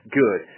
good